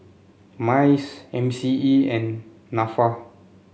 MICE M C E and NAFA